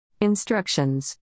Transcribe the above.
Instructions